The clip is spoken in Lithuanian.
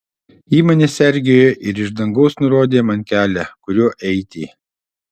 ji mane sergėjo ir iš dangaus nurodė man kelią kuriuo eiti